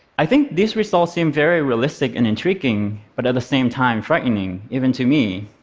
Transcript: i think these results seem very realistic and intriguing, but at the same time frightening, even to me.